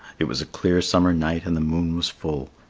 it was a clear summer night and the moon was full.